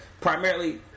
Primarily